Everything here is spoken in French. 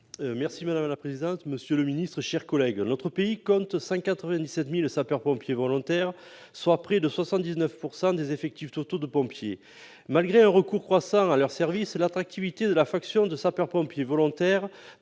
Madame la présidente, monsieur le ministre, mes chers collègues, notre pays compte 197 000 sapeurs-pompiers volontaires, soit près de 79 % des effectifs totaux de pompiers. Malgré un recours croissant à leurs services, l'attractivité de la fonction de sapeurs-pompiers volontaires